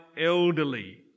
elderly